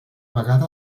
vegada